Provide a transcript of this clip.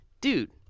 Dude